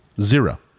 Zero